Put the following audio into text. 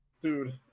dude